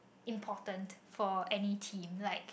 important for any team like